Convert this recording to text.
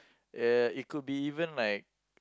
uh it could be even like